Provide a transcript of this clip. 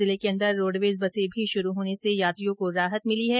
जिले के अन्दर रोड़वेज बसे भी शुरू होने से यात्रियों को राहत मिली है